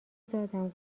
دادم